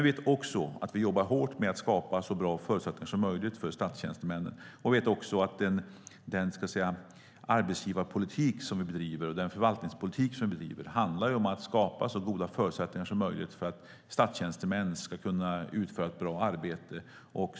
Jag vet också att vi jobbar hårt med att skapa så bra förutsättningar som möjligt för statstjänstemännen och att den arbetsgivarpolitik och förvaltningspolitik som vi bedriver handlar om att skapa så goda förutsättningar som möjligt för att statstjänstemän ska kunna utföra ett bra arbete.